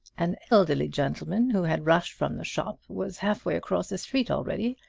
an elderly gentleman, who had rushed from the shop, was halfway across the street already.